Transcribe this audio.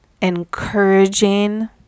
encouraging